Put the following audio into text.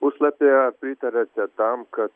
puslapyje ar pritariate tam kad